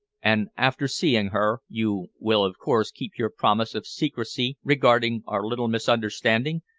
and after seeing her, you will of course keep your promise of secrecy regarding our little misunderstanding?